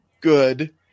good